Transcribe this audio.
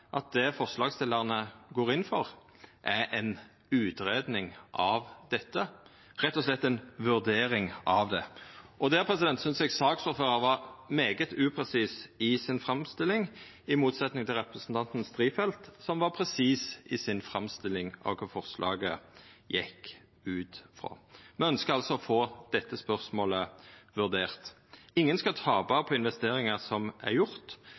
at det forslagsstillarane går inn for, er ei utgreiing av dette, rett og slett ei vurdering av det. Eg synest saksordføraren var svært upresis i si framstilling av dette, i motsetnad til representanten Strifeldt, som var presis i si framstilling av kva forslaget går ut på. Me ønskjer altså å få dette spørsmålet vurdert. Ingen skal tapa på investeringar ein har gjort. Det er ikkje sagt noko om kva tidshorisont som